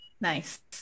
nice